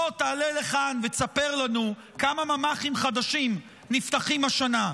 בוא תעלה לכאן ותספר לנו כמה ממ"חים חדשים נפתחים השנה.